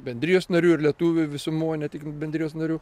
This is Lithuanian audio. bendrijos narių ir lietuvių visumoj ne tik bendrijos narių